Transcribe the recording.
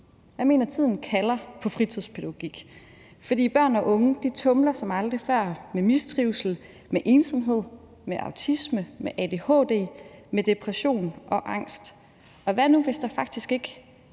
Jeg mener, tiden kalder på fritidspædagogik, for børn og unge tumler som aldrig før med mistrivsel, med ensomhed, med autisme, med adhd, med depression og angst. Og hvad nu, hvis der faktisk ikke